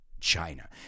china